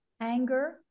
anger